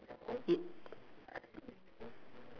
ye~